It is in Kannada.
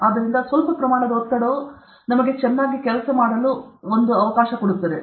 ಆದ್ದರಿಂದ ಸ್ವಲ್ಪ ಪ್ರಮಾಣದ ಒತ್ತಡವು ನಮಗೆ ಚೆನ್ನಾಗಿ ಕೆಲಸ ಮಾಡುತ್ತದೆ